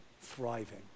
thriving